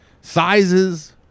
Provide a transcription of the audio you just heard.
sizes